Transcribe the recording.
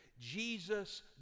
Jesus